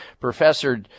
Professor